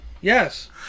Yes